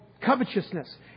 covetousness